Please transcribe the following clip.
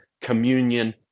communion